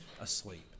asleep